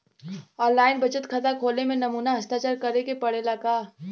आन line बचत खाता खोले में नमूना हस्ताक्षर करेके पड़ेला का?